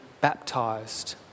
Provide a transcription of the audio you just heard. baptized